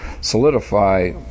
solidify